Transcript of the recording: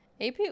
AP